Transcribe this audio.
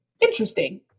interesting